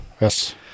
yes